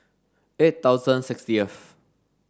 eight thousand sixteenth